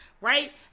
right